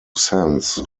sense